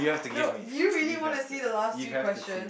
no you really wanna see the last three question